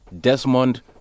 Desmond